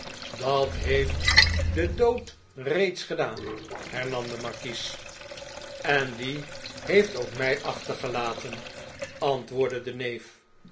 dat heeft de dood reeds gedaan hernam de markies in londen en parijs en die heeft ook my achtergelaten antwoordde de neef